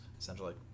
essentially